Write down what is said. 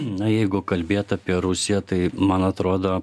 na jeigu kalbėt apie rusiją tai man atrodo